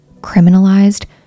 criminalized